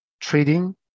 trading